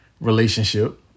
relationship